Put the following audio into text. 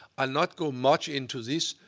i'll not go much into this,